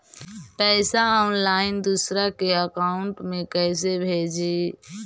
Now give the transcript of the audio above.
पैसा ऑनलाइन दूसरा के अकाउंट में कैसे भेजी?